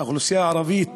האוכלוסייה הערבית